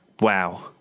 wow